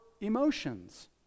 emotions